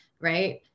right